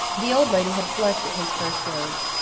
the old lady had flushed at his first words.